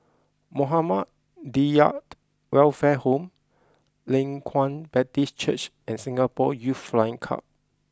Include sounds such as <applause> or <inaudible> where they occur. Muhammadiyah <hesitation> Welfare Home Leng Kwang Baptist Church and Singapore Youth Flying Club